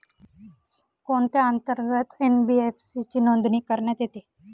कोणत्या अंतर्गत एन.बी.एफ.सी ची नोंदणी करण्यात येते?